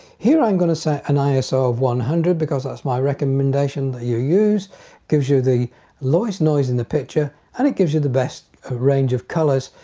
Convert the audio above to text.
here i'm going to set an iso of one hundred because that's my recommendation that you use it gives you the lowest noise in the picture and it gives you the best a range of colors